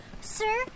Sir